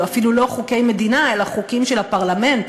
אפילו לא חוקי מדינה אלא חוקים של הפרלמנט,